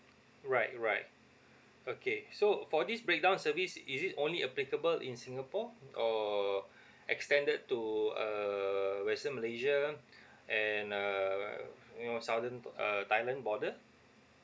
right right okay so for this breakdown service is it only applicable in singapore or extended to err western malaysia and err you know southern uh thailand border